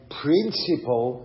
principle